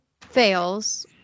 fails